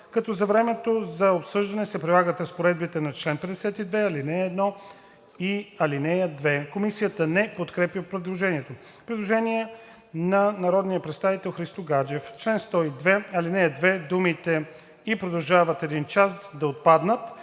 като за времето за обсъждане се прилагат разпоредбите на чл. 52, ал. 1 и ал. 2.“ Комисията не подкрепя предложението. Предложение на народния представител Христо Гаджев: „В чл. 101, ал. 2 думите „и продължават един час“ да отпаднат."